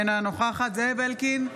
אינה נוכחת זאב אלקין,